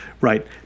right